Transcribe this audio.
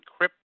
encrypt